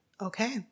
Okay